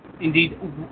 Indeed